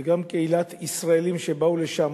וגם קהילת ישראלים שבאו לשם,